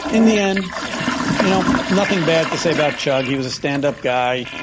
in the end you know nothing bad to say about chugg. he was a stand up guy.